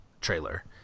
trailer